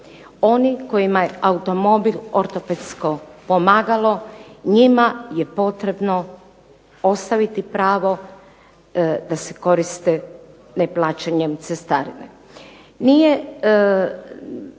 oni kojima je automobil ortopedsko pomagalo, njima je potrebno ostaviti pravo da se koriste neplaćanjem cestarine. Nije